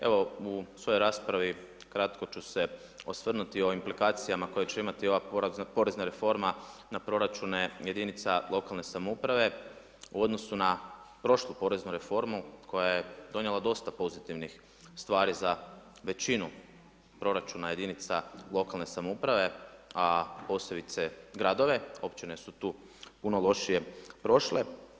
Evo u svojoj raspravi kratko ću se osvrnuti o implikacijama koje će imati ova porezna reforma na proračune jedinica lokalne samouprave u odnosu na prošlu poreznu reformu koja je donijela dosta pozitivnih stvari za većinu proračuna jedinica lokalne samouprave a posebice gradove, općine su tu puno lošije prošle.